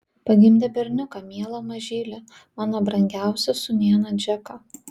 pagimdė berniuką mielą mažylį mano brangiausią sūnėną džeką